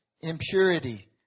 impurity